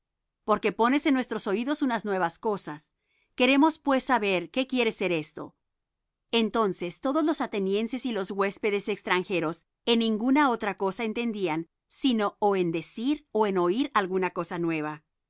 porque pones en nuestros oídos unas nuevas cosas queremos pues saber qué quiere ser esto entonces todos los atenienses y los huéspedes extranjeros en ningun otra cosa entendían sino ó en decir ó en oir alguna cosa nueva